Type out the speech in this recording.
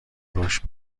رشد